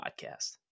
podcast